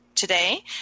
Today